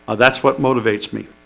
that's what motivates me.